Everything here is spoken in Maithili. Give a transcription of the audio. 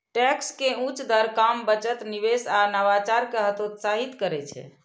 टैक्स के उच्च दर काम, बचत, निवेश आ नवाचार कें हतोत्साहित करै छै